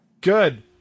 Good